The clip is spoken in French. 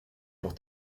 pour